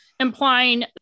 implying